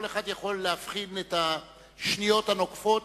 כל אחד יכול להבחין בשניות הנוקפות.